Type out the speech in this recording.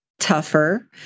tougher